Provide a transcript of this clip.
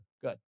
Good